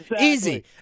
Easy